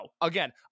again